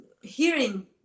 hearing